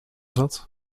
zat